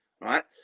right